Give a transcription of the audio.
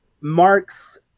marks